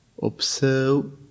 Observe